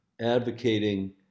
advocating